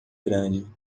grande